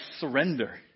surrender